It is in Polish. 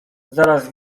zaraz